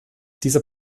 dieser